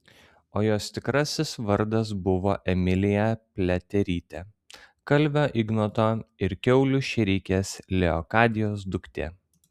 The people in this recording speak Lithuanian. o jos tikrasis vardas buvo emilija pliaterytė kalvio ignoto ir kiaulių šėrikės leokadijos duktė